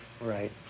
right